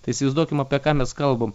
tai įsivaizduokim apie ką mes kalbam